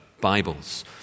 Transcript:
Bibles